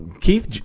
Keith